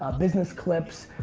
business clips.